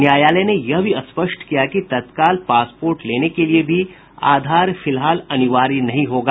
न्यायालय ने यह भी स्पष्ट किया कि तत्काल पासपोर्ट लेने के लिए भी आधार फिलहाल अनिवार्य नहीं होगा